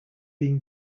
been